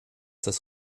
das